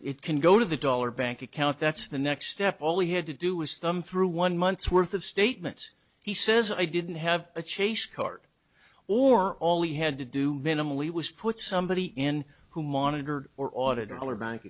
it can go to the dollar bank account that's the next step all he had to do was thumb through one month's worth of statements he says i didn't have a chase card or all he had to do minimally was put somebody in who monitor or audit our bank